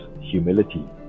humility